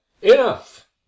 enough